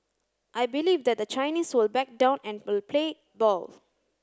I believe that the Chinese will back down and will play ball